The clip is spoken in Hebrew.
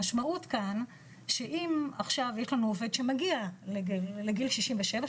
המשמעות כאן היא שאם עכשיו יש לנו עובד שמגיע לגיל 67,